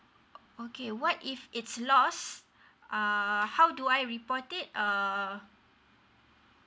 okay what if it's lost uh how do I report it uh